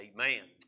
amen